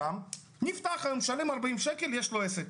משלם 40 שקל ויש לו עסק.